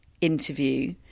interview